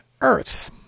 earth